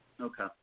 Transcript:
Okay